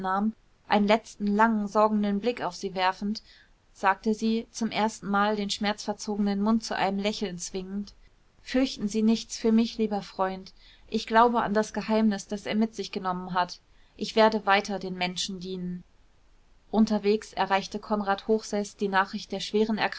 einen letzten langen sorgenden blick auf sie werfend sagte sie zum erstenmal den schmerzverzogenen mund zu einem lächeln zwingend fürchten sie nichts für mich lieber freund ich glaube an das geheimnis das er mit sich genommen hat ich werde weiter den menschen dienen unterwegs erreichte konrad hochseß die nachricht der schweren